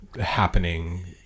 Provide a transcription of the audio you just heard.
happening